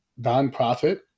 nonprofit